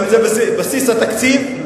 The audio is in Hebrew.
האם זה בבסיס התקציב?